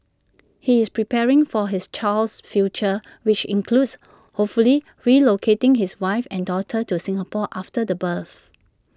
he is preparing for his child's future which includes hopefully relocating his wife and daughter to Singapore after the birth